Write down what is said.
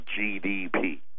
GDP